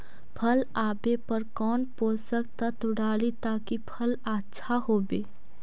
फल आबे पर कौन पोषक तत्ब डाली ताकि फल आछा होबे?